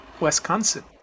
Wisconsin